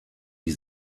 die